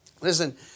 Listen